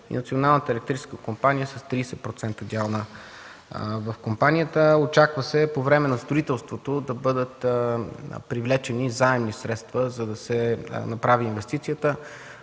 Националната електрическа компания с 30% дял в компанията. Очаква се по време на строителството да бъдат привлечени заемни средства, за да се направи инвестицията.